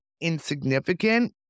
insignificant